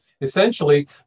essentially